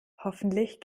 hoffentlich